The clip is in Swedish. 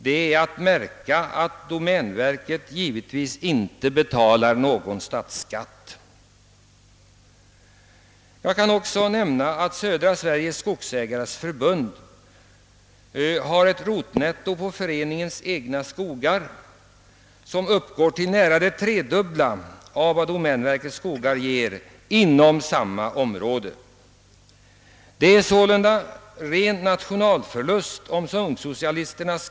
Det är att märka att domänverket givetvis inte betalar någon statsskatt. Jag kan också nämna att Södra Sveriges skogsägares förbund har ett rotnetto på föreningens egna skogar som uppgår till nära det tredubbla av vad domänverkets skogar ger inom samma område. Det blir sålunda en ren nationalförlust om ungsocialisternas.